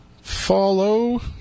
follow